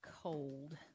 cold